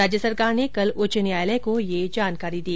राज्य सरकार ने कल उच्च न्यायालय को यह जानकारी दी